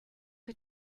que